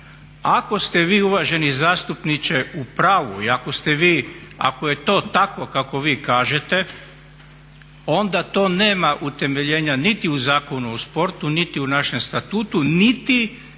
Ako ste vi uvaženi zastupniče u pravu i ako ste vi, ako je to tako kako vi kažete onda to nema utemeljenja niti u Zakonu o sportu niti u našem statutu niti Vlada